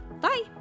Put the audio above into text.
Bye